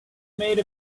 made